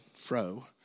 fro